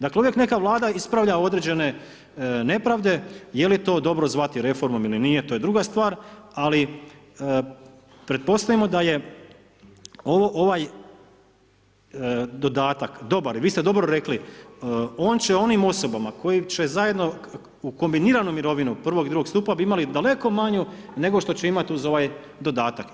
Dakle uvijek neka Vlada ispravlja određene nepravde, je li to dobro zvati reformom ili nije to je druga stvar ali pretpostavimo da je ovaj dodatak dobar i vi ste dobro rekli on će onim osobama koje će zajedno u kombiniranu mirovinu prvog i drugog stupa bi imali daleko manju nego što će imati uz ovaj dodatak.